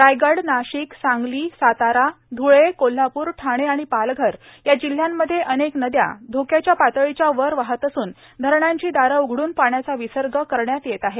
रायगड नाशिक सांगली सातारा धुळे कोल्हापुर ठाणे आणि पालघर या जिल्हयांमध्ये अनेक नद्या धोक्याच्या पातळीच्यावर वाहत असुन धरणांचे दारं उघडून पाण्याचा विसर्ग करण्यात येत आहे